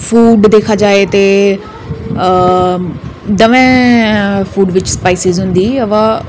food दिक्खेआ जा ते हा दमें फूड बिच स्पाइस होंदी ऐ अबा